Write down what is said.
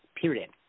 period